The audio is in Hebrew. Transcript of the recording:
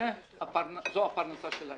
זאת הפרנסה שלהם.